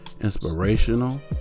inspirational